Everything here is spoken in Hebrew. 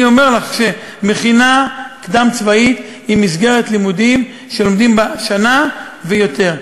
מכינה קדם-צבאית היא מסגרת לימודים שלומדים בה שנה ויותר.